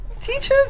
teachers